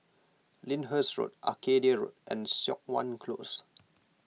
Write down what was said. Lyndhurst Road Arcadia Road and Siok Wan Close